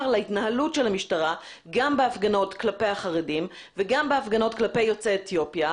להתנהלות של המשטרה גם בהפגנות כלפי החרדים וגם בהפגנות כלפי יוצאי אתיופיה